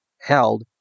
held